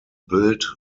build